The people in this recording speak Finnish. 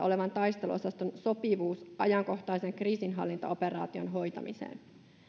olevan taisteluosaston sopivuus ajankohtaisen kriisinhallintaoperaation hoitamiseen